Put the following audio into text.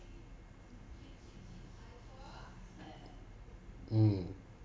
mm